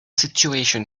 situation